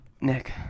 Nick